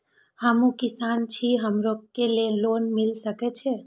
हमू किसान छी हमरो के लोन मिल सके छे?